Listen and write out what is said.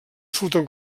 surten